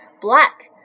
Black